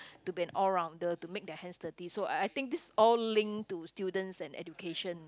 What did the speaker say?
to be an all rounder to make their hands dirty so I I think this all link to students and education